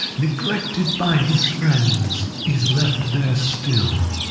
neglected by his friends, is left there still.